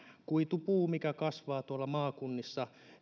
kuitupuu mikä kasvaa tuolla maakunnissa